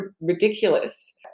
ridiculous